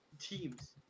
teams